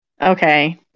Okay